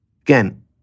Again